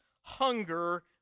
hunger